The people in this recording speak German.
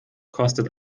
kostet